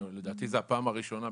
שלדעתי זו הפעם הראשונה,